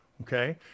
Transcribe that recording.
Okay